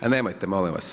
Nemojte molim vas.